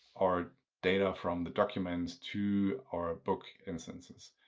our data from the documents to our book instances,